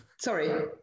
Sorry